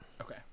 Okay